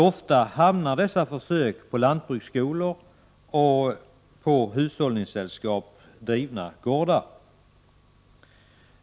Ofta genomförs dessa försök på lantbruksskolor och på av hushållningssällskap drivna gårdar.